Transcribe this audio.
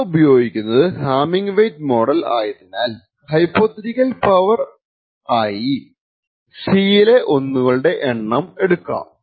നമ്മൾ ഉപയോഗിക്കുന്നത് Hamming weight model ആയതിനാൽ ഹൈപോതെറ്റിക്കൽ പവർ ആയി C ലെ 1 കളുടെ എണ്ണം എടുക്കും